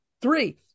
Three